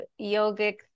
yogic